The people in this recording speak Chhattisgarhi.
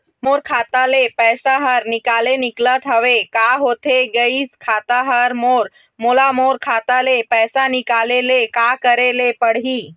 मोर खाता ले पैसा हर निकाले निकलत हवे, का होथे गइस खाता हर मोर, मोला मोर खाता ले पैसा निकाले ले का करे ले पड़ही?